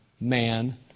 man